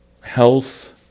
health